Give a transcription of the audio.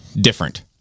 different